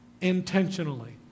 intentionally